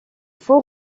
faux